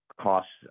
costs